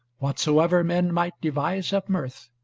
whatsoever men might devise of mirth,